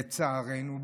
לצערנו,